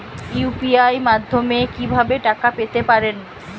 UPI মাধ্যমে কি ভাবে টাকা পেতে পারেন?